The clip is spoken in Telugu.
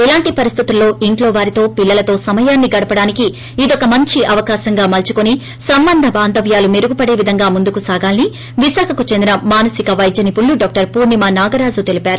ఇలాంటి పరిస్తుల్లో ఇంట్లోవారితో పిల్లలతో సమయాన్ని గడపడానికి ఇదొక మంచి అవకాశంగా మలుచుకుని సంబంధబాందవ్యాలు మెరుగుపడే విధంగా ముందుకు సాగాలని విశాఖకు చెందిన మానసిన వైద్య నిపుణులు డాక్టర్ పూర్లిమా నాగరాజు చెప్పారు